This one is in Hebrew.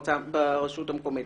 ברשות המקומית.